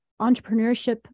entrepreneurship